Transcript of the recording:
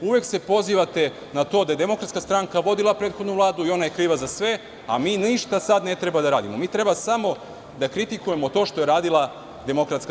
Uvek se pozivate na da je DS vodila prethodnu Vladu i da je ona kriva za sve, a mi ništa sada ne treba da radimo, mi treba samo da kritikujemo to što je radila DS.